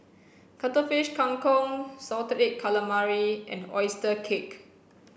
cuttlefish kang kong salted egg calamari and oyster cake